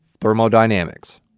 thermodynamics